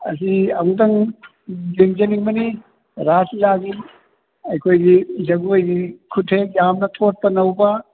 ꯑꯁꯤ ꯑꯝꯇꯪ ꯌꯦꯡꯖꯅꯤꯡꯕꯅꯤ ꯔꯥꯁꯂꯤꯂꯥꯒꯤ ꯑꯩꯈꯣꯏꯒꯤ ꯖꯒꯣꯏꯒꯤ ꯈꯨꯠꯊꯦꯛ ꯌꯥꯝꯅ ꯊꯣꯠꯄ ꯅꯧꯕ